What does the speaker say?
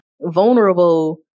vulnerable